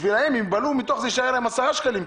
בשבילם יישארו מתוך זה 10 שקלים,